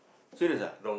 serious ah